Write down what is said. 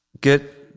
get